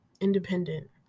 independent